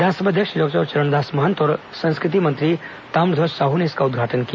विधानसभा अध्यक्ष डॉक्टर चरणदास महंत और संस्कृति मंत्री ताम्रध्वज साहू ने इसका उद्घाटन किया